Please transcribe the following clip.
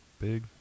big